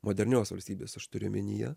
modernios valstybės aš turiu omenyje